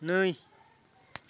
नै